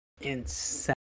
insane